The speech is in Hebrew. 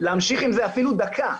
להמשיך עם זה אפילו דקה.